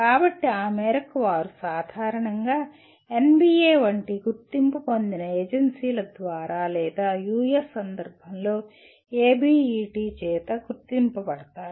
కాబట్టి ఆ మేరకు వారు సాధారణంగా NBA వంటి గుర్తింపు పొందిన ఏజెన్సీల ద్వారా లేదా US సందర్భంలో ABET చేత గుర్తించబడతారు